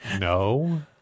No